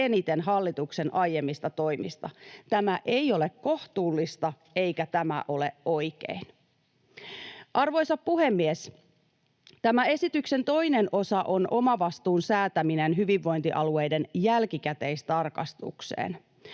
eniten hallituksen aiemmista toimista. Tämä ei ole kohtuullista, eikä tämä ole oikein. Arvoisa puhemies! Tämä esityksen toinen osa on omavastuun säätäminen hyvinvointialueiden jälkikäteistarkastukseen.